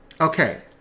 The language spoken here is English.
okay